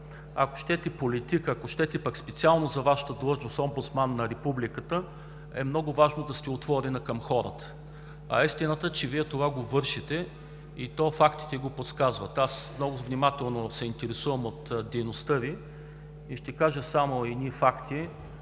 ако щете политик, ако щете пък специално за Вашата длъжност – омбудсман на Републиката, е много важно да сте отворен към хората. А истината е, че Вие това го вършите и фактите го показват – много внимателно се интересувам от дейността Ви. Ще кажа само едни факти: